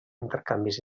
intercanvis